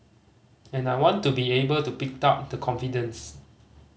and I want to be able to pick up the confidence